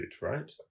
right